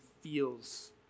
feels